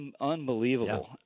unbelievable